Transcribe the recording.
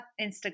Instagram